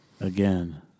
Again